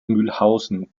mühlhausen